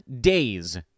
days